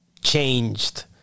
changed